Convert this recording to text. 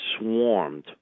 swarmed